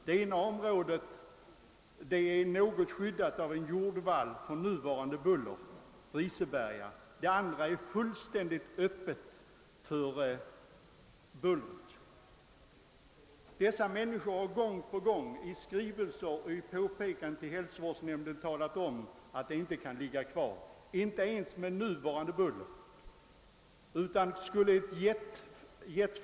Det ena området, Riseberga, är något skyddat mot nuvarande buller av en jordvall; det andra är fullständigt öppet för buller. Människorna där har gång på gång i skrivelser och påpekanden till hälsovårdsnämnden talat om att Bulltofta inte kan få ligga kvar, inte ens med den omfattning bullerproblemen har i dag.